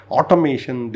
Automation